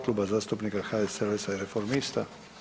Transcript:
Kluba zastupnika HSLS-a i Reformista.